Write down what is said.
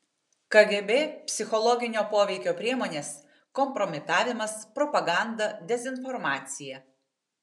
kgb psichologinio poveikio priemonės kompromitavimas propaganda dezinformacija